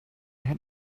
had